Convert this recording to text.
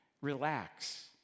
Relax